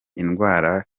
indwara